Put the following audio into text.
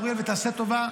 אריאל, תעשה טובה,